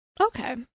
Okay